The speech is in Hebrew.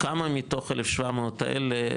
כמה מתוך 1,700 האלה,